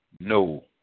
no